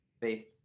faith